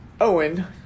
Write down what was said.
Owen